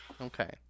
Okay